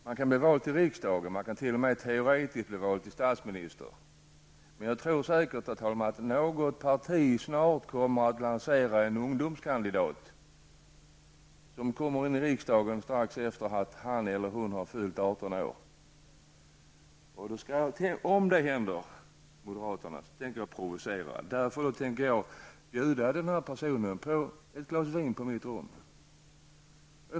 Man kan bli vald till riksdagen och man kan t.o.m. , teoretiskt, bli vald till statsminister vid 18 års ålder. Jag tror säkert, herr talman, att något parti snart kommer att lansera en ungdomskandidat, som kommer in i riksdagen strax efter det att han eller hon har fyllt 18 år. Om detta händer, och nu tänker jag provocera, tänker jag bjuda den här personen på ett glas vin på mitt rum.